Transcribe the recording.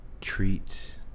treats